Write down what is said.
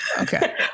Okay